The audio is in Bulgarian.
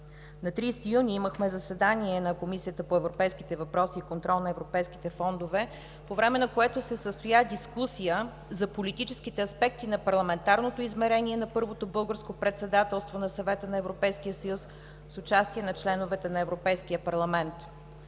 На 30 юни имахме заседание на Комисията по европейските въпроси и контрол на европейските фондове, по време на което се състоя дискусия за политическите аспекти на парламентарното измерение на първото българско председателство на Съвета на Европейския съюз с участие на членовете на Европейския парламент.